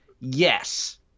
Yes